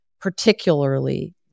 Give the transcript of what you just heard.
particularly